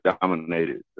dominated